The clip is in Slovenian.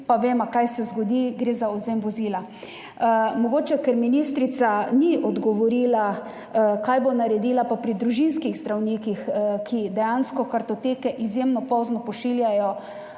pa vemo, kaj se zgodi – gre za odvzem vozila. Mogoče, ker ministrica ni odgovorila, kaj bo naredila pri družinskih zdravnikih, ki dejansko kartoteke izjemno pozno pošiljajo